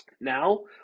Now